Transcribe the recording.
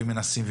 ומנסים,